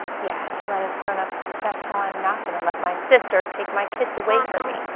yeah, addie, let us grown up discuss how i'm not gonna let my sister take my kids away from me.